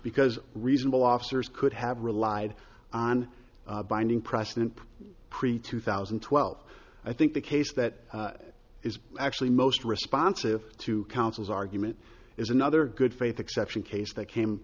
because reasonable officers could have relied on binding precedent to pre two thousand and twelve i think the case that is actually most responsive to counsel's argument is another good faith exception case that came